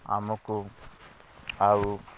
ଆମକୁ ଆଉ